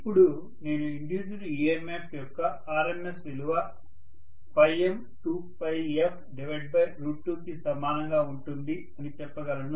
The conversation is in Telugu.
ఇప్పుడు నేను ఇండ్యూస్డ్ EMF యొక్క RMS విలువ m2f2 కి సమానంగా ఉంటుంది అని చెప్పగలను